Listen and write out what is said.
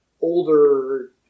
older